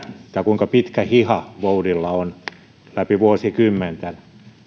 ja kuinka pitkä hiha voudilla on läpi vuosikymmenten